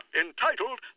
entitled